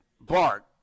Bart